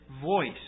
voice